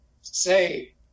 say